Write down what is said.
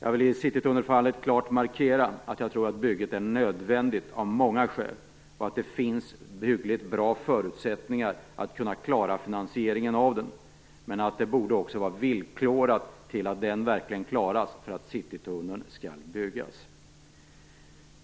I fallet citytunneln vill jag klart markera att bygget av många skäl är nödvändigt. Det finns hyggligt bra förutsättningar att kunna klara finansieringen av den. Men det borde också vara villkorat till att den verkligen klaras för att citytunneln skall byggas.